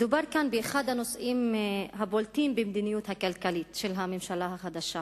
מדובר כאן באחד הנושאים הבולטים במדיניות הכלכלית של הממשלה החדשה,